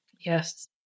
Yes